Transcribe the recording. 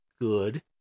good